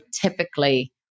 typically-